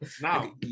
Now